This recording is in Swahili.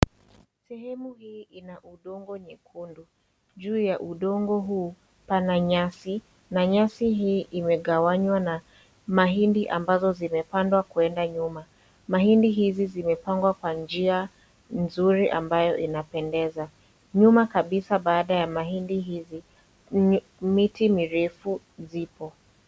Sehemu hii inaundogo nyekundu, juu ya undogo huu pana nyasi na nyasi hii imegawanywa na mahindi ambazo zimepandwa kwenda nyuma, mahindi hizi zimepangwa kwa njia nzuri ambayo inapendeza, nyuma kabisa baada ya mahindi hizi ni miti mirefu zipo.